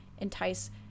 entice